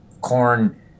corn